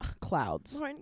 clouds